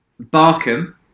Barkham